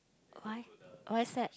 why why sad